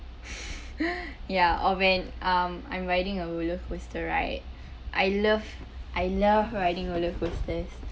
ya or when um I'm riding a rollercoaster ride I love I love riding rollercoasters